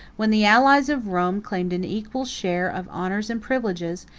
when the allies of rome claimed an equal share of honors and privileges,